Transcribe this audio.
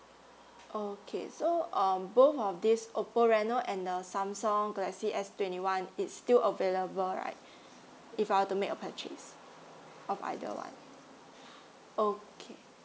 okay so um both of these oppo reno and uh samsung galaxy S twenty one it's still available right if I were to make a purchase of either one okay